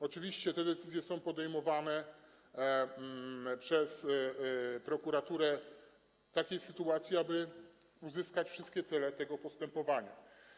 Oczywiście te decyzje są podejmowane przez prokuraturę w takiej sytuacji, aby osiągnąć wszystkie cele tego postępowania.